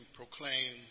proclaim